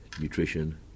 nutrition